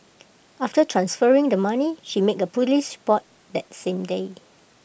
after transferring the money she made A Police report that same day